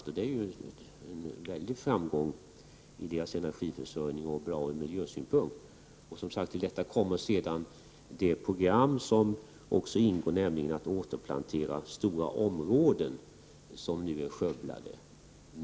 Detta innebär ju en mycket stor framgång när det gäller indiernas energiförsörjning, och det är bra från miljösynpunkt. Till detta kommer det program som går ut på återplantering med träd på stora områden som nu är skövlade.